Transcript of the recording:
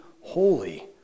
holy